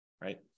right